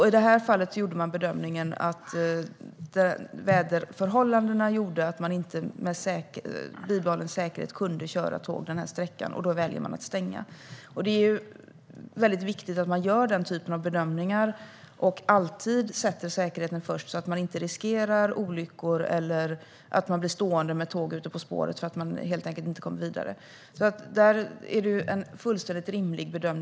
I det här fallet gjorde man bedömningen att man på grund av väderförhållandena inte med bibehållen säkerhet kunde köra tåg på denna sträcka, och då valde man stänga av den. Det är viktigt att göra den typen av bedömningar och att alltid sätta säkerheten först så att man inte riskerar olyckor eller blir stående med tåg ute på spåret för att man helt enkelt inte kommer vidare. Bedömningen som gjorts är fullständigt rimlig.